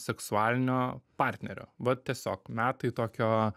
seksualinio partnerio vat tiesiog metai tokio